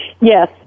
Yes